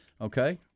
Okay